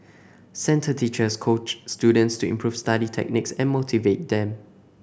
centre teachers coach students to improve study techniques and motivate them